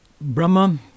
Brahma